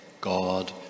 God